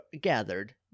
gathered